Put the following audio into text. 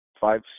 five